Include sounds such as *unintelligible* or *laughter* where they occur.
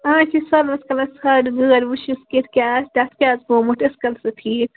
آ أسۍ چھِ *unintelligible* کِژھ کیٛاہ آسہِ پٮ۪ٹھٕ کیٛاہ آسہِ گوٚمُت *unintelligible* سُہ ٹھیٖک